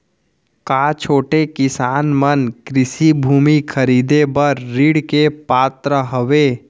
का छोटे किसान मन कृषि भूमि खरीदे बर ऋण के पात्र हवे?